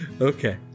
Okay